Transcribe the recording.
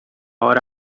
hora